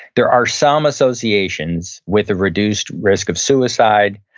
there are some associations with a reduced risk of suicide.